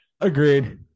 Agreed